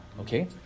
Okay